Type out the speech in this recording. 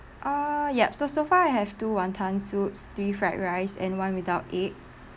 uh yup so so far you have two wonton soups three fried rice and one without egg